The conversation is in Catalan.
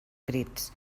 crits